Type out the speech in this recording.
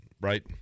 right